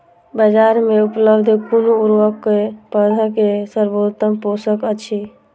बाजार में उपलब्ध कुन उर्वरक पौधा के सर्वोत्तम पोषक अछि?